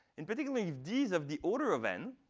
and particularly, if d is of the order of n,